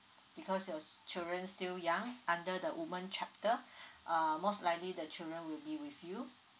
because your children still young under the woman chapter err most likely the children will be with you